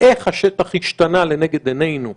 איך השטח השתנה לנגד עינינו,